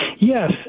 Yes